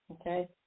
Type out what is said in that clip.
okay